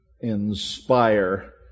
inspire